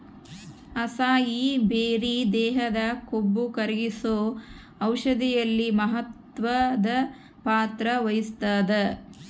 acai berry ದೇಹದ ಕೊಬ್ಬುಕರಗ್ಸೋ ಔಷಧಿಯಲ್ಲಿ ಮಹತ್ವದ ಪಾತ್ರ ವಹಿಸ್ತಾದ